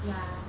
ya